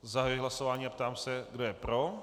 Zahajuji hlasování a ptám se, kdo je pro.